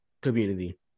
community